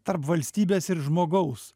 tarp valstybės ir žmogaus